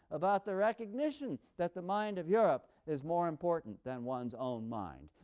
about the recognition that the mind of europe is more important than one's own mind,